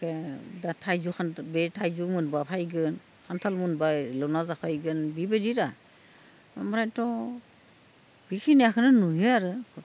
ओमफाय आरो दा थाइजौ खान्थाल बे थाइजौ मोनबा फैगोन खान्थाल मोनबा एल'ना जाफायगोन बिबायदि रा ओमफ्रायथ' बेखिनियाखौनो नुयो आरो